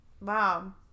Wow